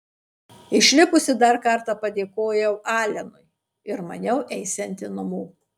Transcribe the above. išlipusi dar kartą padėkojau alenui ir maniau eisianti namo